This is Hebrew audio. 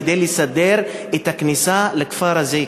כדי לסדר את הכניסה לכפר הזה,